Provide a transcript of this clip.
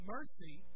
Mercy